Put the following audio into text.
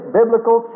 biblical